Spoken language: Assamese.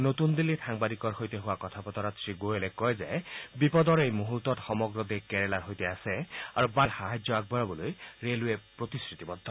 নতুন দিল্লীত সাংবাদিকৰ সৈতে হোৱা কথা বতৰাত শ্ৰীগোৱেলে কয় যে বিপদৰ এই মুহূৰ্তত সমগ্ৰ দেশ কেৰালাৰ সৈতে আছে আৰু বানপীড়িতসকললৈ সাহায্য আগবঢ়াবলৈ ৰেলৱে প্ৰতিশ্ৰুতিবদ্ধ